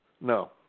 No